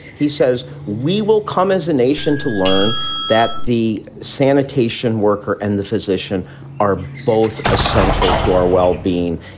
he says, we will come as a nation to learn that the sanitation worker and the physician are both essential to our well-being.